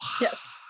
Yes